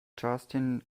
justin